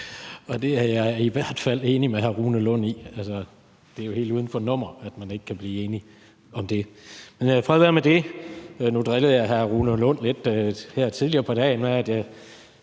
Det er jeg i hvert fald enig med hr. Rune Lund i. Altså, det er jo helt uden for nummer, at man ikke kan blive enige om det. Men fred være med det. Nu drillede jeg hr. Rune Lund lidt her tidligere på dagen